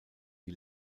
die